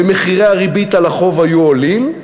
ומחירי הריבית על החוב היו עולים,